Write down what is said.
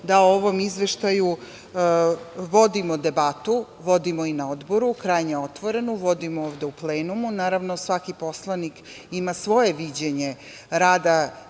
da o ovom Izveštaju vodimo debatu, vodimo i na Odboru krajnje otvorenu, vodimo ovde u plenumu. Naravno, svaki poslanik ima svoje viđenje rada